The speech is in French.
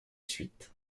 suite